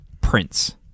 Prince